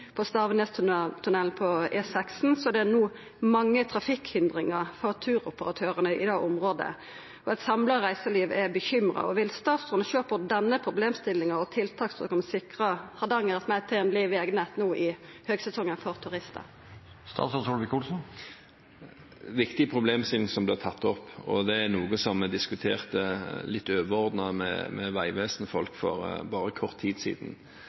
på E16. Det er no mange trafikkhindringar for turoperatørane i det området. Eit samla reiseliv er bekymra. Vil statsråden sjå på denne problemstillinga og på tiltak som kan sikra Hardanger eit meir tenleg vegnett no i høgsesongen for turistar? Det er en viktig problemstilling som blir tatt opp, og det er noe vi diskuterte litt overordnet med folk fra Vegvesenet for kort tid